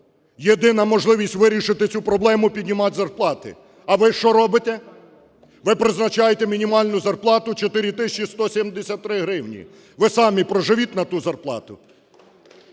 Єдина можливість вирішити цю проблему – піднімати зарплати, а ви що робите? Ви призначаєте мінімальну зарплату 4 тисячі 173 гривні. Ви самі проживіть на ту зарплату.